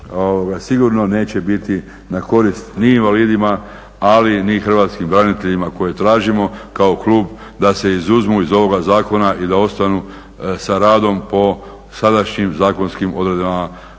sigurno neće biti na korist ni invalidima ali ni hrvatskim braniteljima koje tražimo kao klub da se izuzmu iz ovoga zakona i da ostanu sa radom po sadašnjim zakonskim odredbama